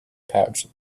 pouch